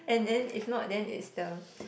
and then if not then is the